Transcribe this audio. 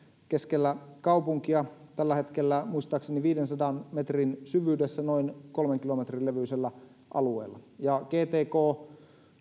keskellä kaupunkia tällä hetkellä muistaakseni viidensadan metrin syvyydessä noin kolmen kilometrin levyisellä alueella gtk